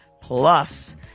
plus